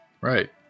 right